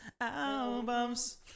albums